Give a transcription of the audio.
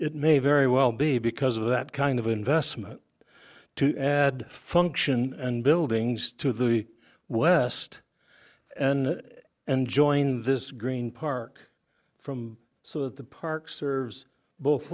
it may very well be because of that kind of investment to add function and buildings to the west and and join this green park from so that the park serves both